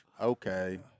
okay